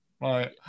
right